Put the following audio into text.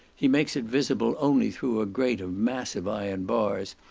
he makes it visible only through a grate of massive iron bars,